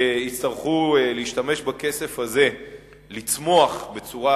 שיצטרכו להשתמש בכסף הזה כדי לצמוח בצורה